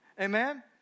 Amen